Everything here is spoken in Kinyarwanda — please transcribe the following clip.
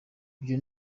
ibyo